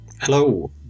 Hello